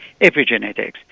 epigenetics